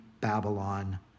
Babylon